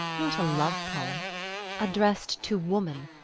not a love-poem addressed to woman,